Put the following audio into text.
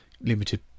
limited